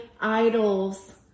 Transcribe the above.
idols